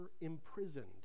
imprisoned